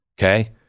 Okay